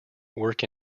work